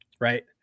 right